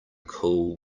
cool